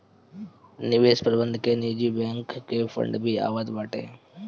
निवेश प्रबंधन निजी बैंक के फंड भी आवत बाटे